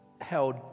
held